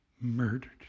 murdered